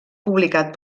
publicat